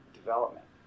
development